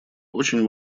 очень